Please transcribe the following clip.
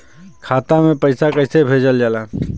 खाता में पैसा कैसे भेजल जाला?